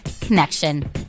Connection